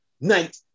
Night